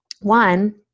one